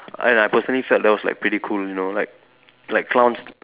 and I personally felt that was like pretty cool you know like like clowns the